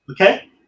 Okay